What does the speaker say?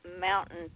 Mountain